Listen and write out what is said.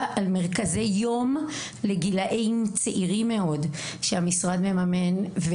על מרכזי יום לגילאים צעירים מאוד שהמשרד מממן,